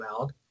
out